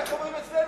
איך אומרים אצלנו?